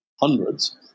hundreds